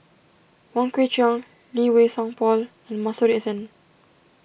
Wong Kwei Cheong Lee Wei Song Paul and Masuri S N